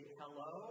hello